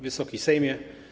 Wysoki Sejmie!